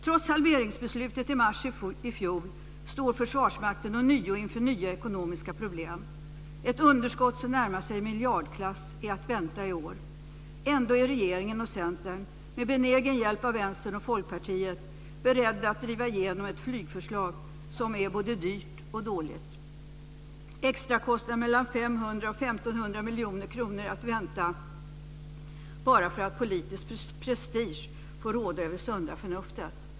Trots halveringsbeslutet i mars i fjol står Försvarsmakten ånyo inför nya ekonomiska problem. Ett underskott som närmar sig miljardklass är att vänta i år. Ändå är regeringen och Centern, med benägen hjälp av Vänstern och Folkpartiet, beredda att driva igenom ett flygförslag som är både dyrt och dåligt. Extrakostnader på mellan 500 och 1 500 miljoner kronor är att vänta bara föra att politisk prestige får råda över sunda förnuftet.